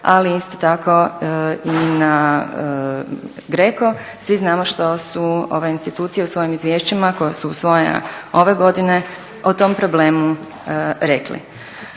ali isto tako i na GRECO, svi znamo što su ove institucije u svojim izvješćima koje su usvojene ove godine o tom problemu rekli.